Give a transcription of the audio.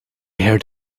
heard